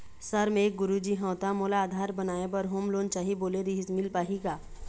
Sir मे एक गुरुजी हंव ता मोला आधार बनाए बर होम लोन चाही बोले रीहिस मील पाही का?